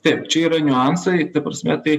taip čia yra niuansai ta prasme tai